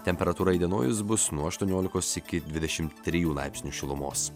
temperatūra įdienojus bus nuo aštuoniolikos iki dvidešim trijų laipsnių šilumos